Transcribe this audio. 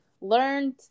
learned